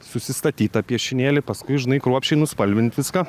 susistatyt tą piešinėlį paskui žinai kruopščiai nuspalvint viską